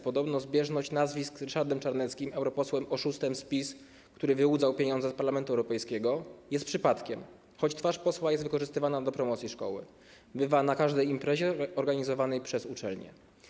Podobno zbieżność nazwisk z Ryszardem Czarneckim, europosłem oszustem z PiS, który wyłudzał pieniądze z Parlamentu Europejskiego, jest przypadkiem, choć twarz posła jest wykorzystywana do promocji szkoły, bywa on na każdej imprezie organizowanej przez uczelnię.